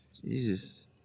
Jesus